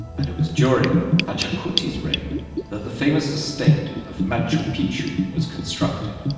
and it was during pachacuti's reign that the famous estate of machu picchu was constructed.